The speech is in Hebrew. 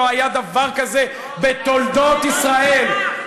לא היה דבר כזה בתולדות ישראל.